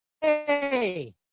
hey